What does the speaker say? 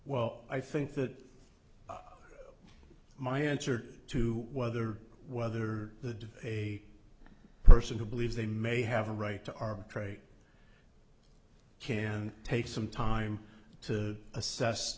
well i think that my answer to whether whether the a person who believes they may have a right to arbitrate can take some time to assess